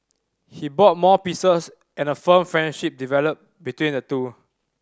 he bought more pieces and a firm friendship developed between the two